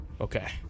Okay